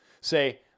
say